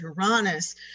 uranus